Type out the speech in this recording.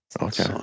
Okay